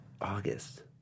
August